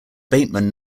bateman